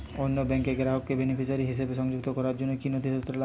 অন্য ব্যাংকের গ্রাহককে বেনিফিসিয়ারি হিসেবে সংযুক্ত করার জন্য কী কী নথি লাগবে?